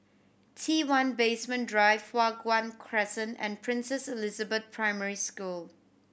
T One Basement Drive Hua Guan Crescent and Princess Elizabeth Primary School